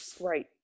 right